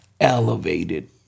elevated